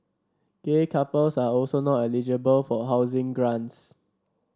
gay couples are also not eligible for housing grants